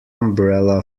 umbrella